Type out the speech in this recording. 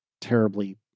terribly